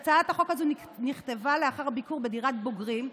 הצעת החוק נכתבה לאחר ביקור בדירת בוגרים,